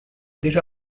déjà